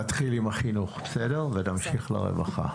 נתחיל עם החינוך ונמשיך לרווחה.